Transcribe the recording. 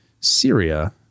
Syria